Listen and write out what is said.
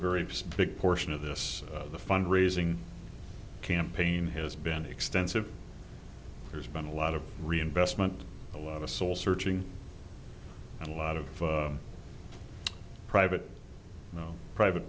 very big portion of this the fund raising campaign has been extensive there's been a lot of reinvestment a lot of soul searching and a lot of private private